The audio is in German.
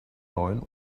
neun